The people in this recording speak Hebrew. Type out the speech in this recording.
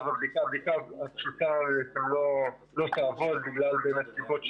והבדיקה הפשוטה לא תעבוד בגלל סיבות שונות.